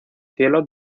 cielo